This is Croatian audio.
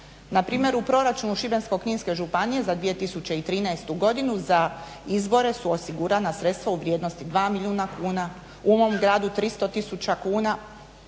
Npr. u proračunu Šibensko-kninske županije za 2013. godinu za izbore su osigurana sredstva u vrijednosti 2 milijuna kuna, u mom gradu 300 tisuća kuna,